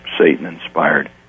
Satan-inspired